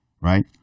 Right